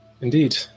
Indeed